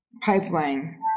pipeline